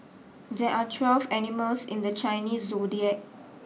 there are twelve animals in the Chinese zodiac